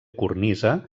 cornisa